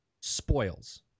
spoils